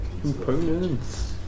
Components